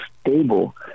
stable